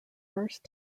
first